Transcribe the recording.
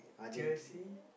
Chelsea